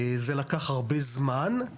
זה לקח הרבה זמן.